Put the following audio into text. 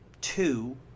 two